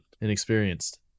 Inexperienced